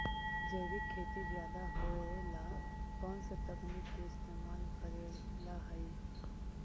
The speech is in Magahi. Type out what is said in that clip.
जैविक खेती ज्यादा होये ला कौन से तकनीक के इस्तेमाल करेला हई?